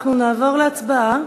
אנחנו נעבור להצבעה.